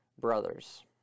brothers